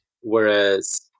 Whereas